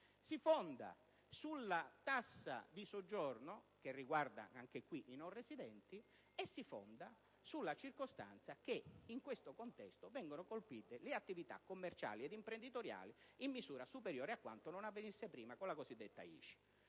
sulla tassa di soggiorno, che riguarda i non residenti, e sulla circostanza che in questo contesto vengano colpite le attività commerciali ed imprenditoriali in misura superiore di quanto non avvenisse prima con la cosiddetta ICI.